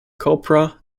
copra